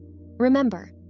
Remember